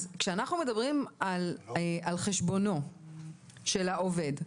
אז כשאנחנו מדברים על חשבונו של העובד,